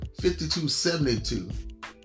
5272